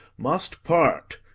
must part,